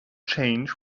change